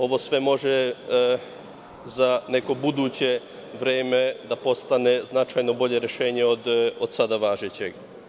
Ovo sve može za neko buduće vreme da postane značajno bolje rešenje od sada važećeg.